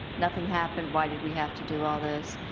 nothing happened why did we have to do all this?